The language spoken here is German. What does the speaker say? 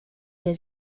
der